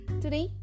Today